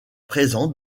présent